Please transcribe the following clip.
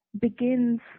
begins